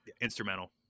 Instrumental